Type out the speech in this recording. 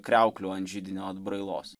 kriauklių ant židinio atbrailos